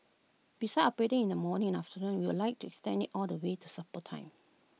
besides operating in the morning afternoon we would like to extend IT all the way to supper time